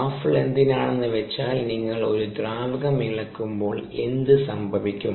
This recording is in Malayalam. ബാഫ്ല് എന്തിനാണെന്ന് വച്ചാൽ നിങ്ങൾ ഒരു ദ്രാവകം ഇളക്കുമ്പോൾ എന്ത് സംഭവിക്കും